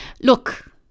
Look